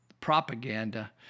propaganda